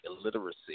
illiteracy